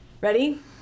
Ready